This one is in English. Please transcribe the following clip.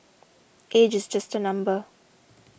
age is just a number